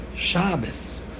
Shabbos